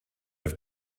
have